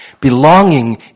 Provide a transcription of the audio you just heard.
Belonging